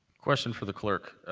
question for the clerk.